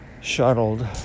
shuttled